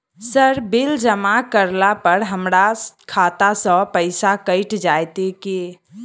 Sir bill जमा करला पर हमरा खाता सऽ पैसा कैट जाइत ई की?